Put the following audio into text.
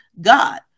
God